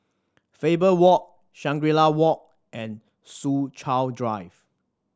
Faber Walk Shangri La Walk and Soo Chow Drive